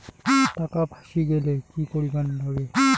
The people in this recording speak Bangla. টাকা ফাঁসি গেলে কি করিবার লাগে?